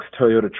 Toyota